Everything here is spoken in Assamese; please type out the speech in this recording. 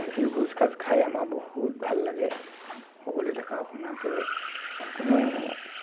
সেই ভোজসাজ খাই আমাৰ বহুত ভাল লাগে সকলোৱে দেখা শুনাকৈ কোনো